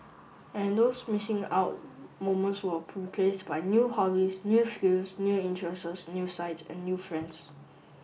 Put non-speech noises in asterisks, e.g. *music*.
and those missing out moments were *unintelligible* by new hobbies new skills new interests new sights and new friends